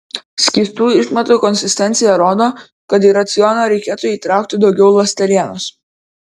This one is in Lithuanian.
skystų išmatų konsistencija rodo kad į racioną reikėtų įtraukti daugiau ląstelienos